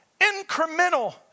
incremental